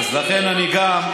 אז לכן אני גם,